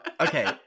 okay